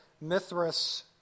Mithras